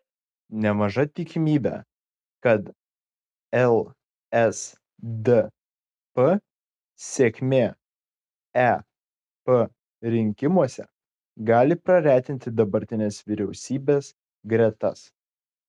nemaža tikimybė kad lsdp sėkmė ep rinkimuose gali praretinti dabartinės vyriausybės gretas